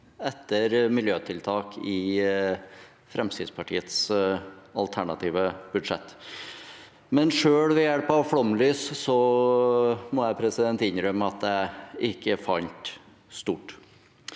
etter miljøtiltak i Fremskrittspartiets alternative budsjett, men selv ved hjelp av flomlys fant jeg ikke stort.